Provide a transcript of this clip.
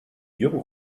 jürgen